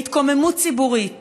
בהתקוממות ציבורית